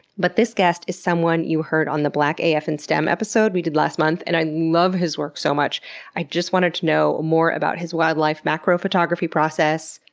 but this guest is someone you heard on the blackafinstem episode we did last month and i love his work so much i just wanted to know more about his wildlife macro photography process.